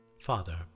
Father